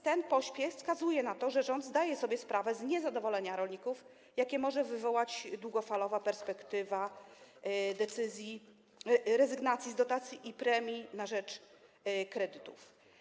Ten pośpiech wskazuje na to, że rząd zdaje sobie sprawę z niezadowolenia rolników, jakie może wywołać w długofalowej perspektywie rezygnacja z dotacji i premii na rzecz kredytów.